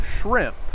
shrimp